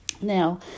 Now